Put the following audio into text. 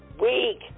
week